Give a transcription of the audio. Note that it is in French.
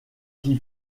qui